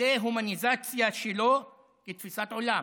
ודה-הומניזציה שלו כתפיסת עולם,